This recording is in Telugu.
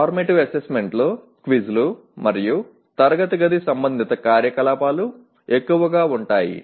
ఫార్మాటివ్ అసైన్మెంట్లో క్విజ్లు మరియు తరగతి గది సంబంధిత కార్యకలాపాలు ఎక్కువగా ఉంటాయి